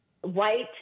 white